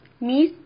Miss